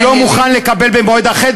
אני לא מוכן לקבל במועד אחר,